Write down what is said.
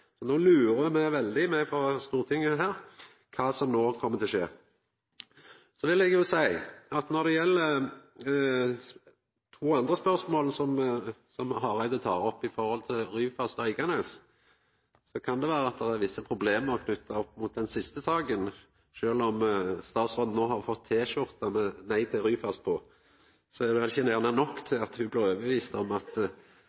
frå Stortinget veldig på kva som no kjem til å skje. Så vil eg jo seia at når det gjeld to andre spørsmål som Hareide tek opp, Ryfast og Eiganes, kan det vera at det er visse problem knytte opp mot den siste saka. Sjølv om statsråden no har fått T-skjorte med «Nei til Ryfast» på, er vel gjerne ikkje det nok